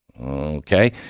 Okay